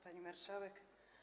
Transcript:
Pani Marszałek!